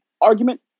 argument